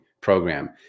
program